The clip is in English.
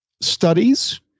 studies